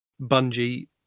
Bungie